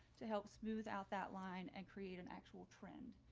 to help smooth out that line and create an actual trend,